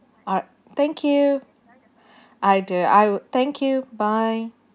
alright thank you I do I would thank you bye